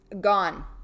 gone